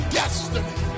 destiny